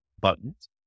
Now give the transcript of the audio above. buttons